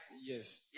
Yes